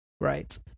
right